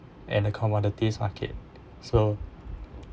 and a commodities market so